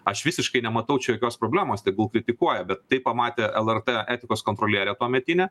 aš visiškai nematau čia jokios problemos tegul kritikuoja bet tai pamatę lrt etikos kontrolierė tuometinė